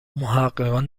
محققان